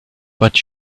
but